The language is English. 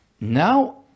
Now